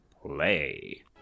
play